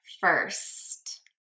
first